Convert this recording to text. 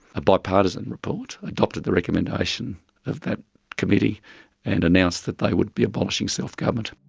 a bi-partisan report, adopted the recommendation of that committee and announced that they would be abolishing self-government.